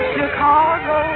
Chicago